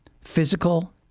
physical